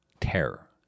Terror